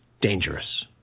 dangerous